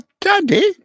daddy